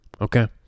okay